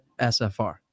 SFR